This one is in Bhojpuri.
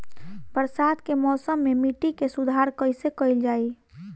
बरसात के मौसम में मिट्टी के सुधार कईसे कईल जाई?